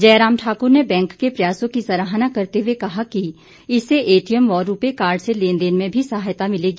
जयराम ठाकुर ने बैंक के प्रयासों की सराहना करते हुए कहा कि इससे एटीएम व रूपेकार्ड से लेनदेन में भी सहायता मिलेगी